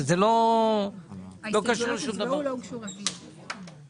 כי העברה תקציבית רגילה עוסקת בנושא